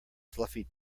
fluffy